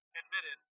admitted